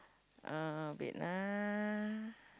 uh wait lah